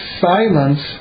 silence